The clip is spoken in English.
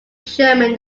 german